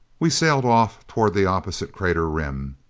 we sailed off toward the opposite crater rim.